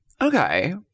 Okay